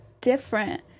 different